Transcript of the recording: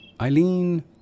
Eileen